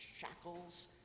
shackles